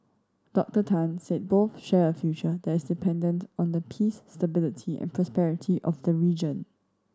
Doctor Tan said both share a future that is dependent on the peace stability and prosperity of the region